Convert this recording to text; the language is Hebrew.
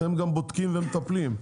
אתם גם בודקים ומטפלים.